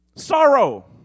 sorrow